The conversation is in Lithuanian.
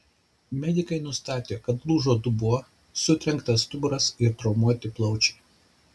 medikai nustatė kad lūžo dubuo sutrenktas stuburas ir traumuoti plaučiai